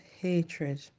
hatred